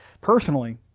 personally